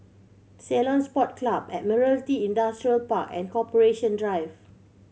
Ceylon Sports Club Admiralty Industrial Park and Corporation Drive